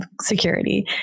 security